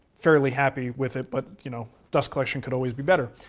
fairly happy with it, but you know dust collection could always be better.